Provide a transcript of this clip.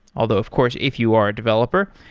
although of course if you are a developer,